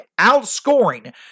outscoring